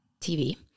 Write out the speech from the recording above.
TV